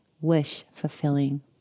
wish-fulfilling